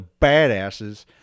badasses